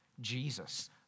Jesus